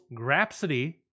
Grapsity